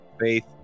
Faith